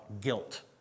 guilt